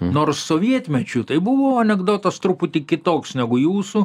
nors sovietmečiu tai buvo anekdotas truputį kitoks negu jūsų